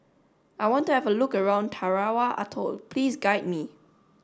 I want to have a look around Tarawa Atoll please guide me